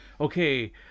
Okay